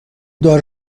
دار